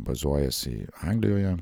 bazuojasi anglijoje